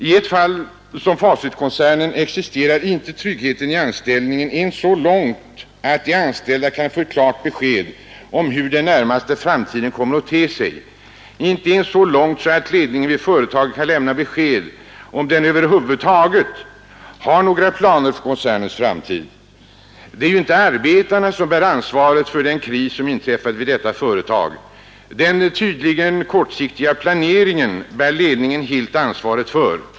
I ett fall som Facitkoncernen existerar inte tryggheten i anställningen ens så långt att de anställda kan få ett klart besked om hur den närmaste framtiden kommer att te sig. Inte ens så långt att ledningen vid företaget kan lämna besked om den över huvud taget har några planer för koncernens framtid. Det är ju inte arbetarna som bär ansvaret för den kris som inträffat vid detta företag. Den tydligen kortsiktiga planeringen bär ledningen helt ansvaret för.